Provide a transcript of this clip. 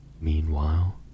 meanwhile